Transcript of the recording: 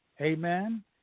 Amen